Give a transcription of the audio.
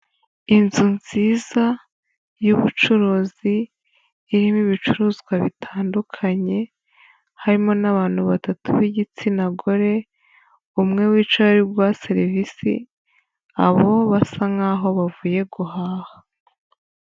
Inzu nziza y'ubucuruzi, irimo ibicuruzwa bitandukanye, harimo n'abantu batatu b'igitsina gore, umwe wicaye ari guha serivisi, abo basa nkaho bavuye guhaha.